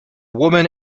woman